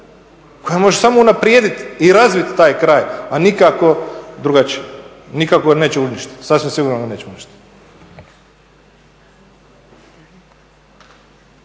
koja može samo unaprijediti i razviti taj kraj, a nikako drugačije, nikako ga neće uništiti, sasvim sigurno da neće uništiti.